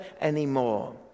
anymore